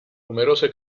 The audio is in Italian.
numerose